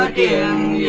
in